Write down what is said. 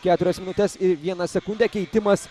keturias minutes ir vieną sekundę keitimas